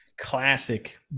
classic